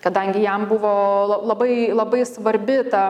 kadangi jam buvo labai labai svarbi ta